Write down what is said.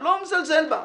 אני לא מזלזל בה.